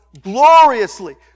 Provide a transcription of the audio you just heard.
gloriously